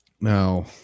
now